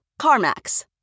CarMax